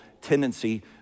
tendency